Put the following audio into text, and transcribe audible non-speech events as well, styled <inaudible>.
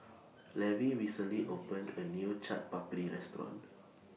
<noise> Levy recently opened A New Chaat Papri Restaurant